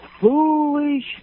foolish